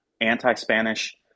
anti-Spanish